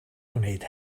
gwneud